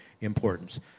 importance